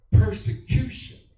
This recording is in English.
persecution